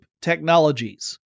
Technologies